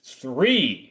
three